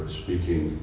speaking